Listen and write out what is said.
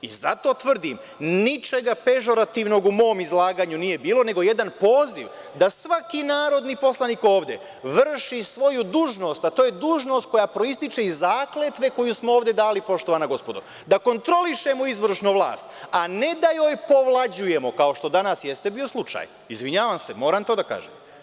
Zato tvrdim, ničega pežorativnog u mom izlaganju nije bilo, nego jedan poziv da svaki narodni poslanik ovde vrši svoju dužnost, a to je dužnost koja proističe iz zakletve koju smo ovde dali, poštovana gospodo, da kontrolišemo izvršnu vlast, a ne da joj povlađujemo, kao što danas jeste bio slučaj, izvinjavam se, moram to da kažem.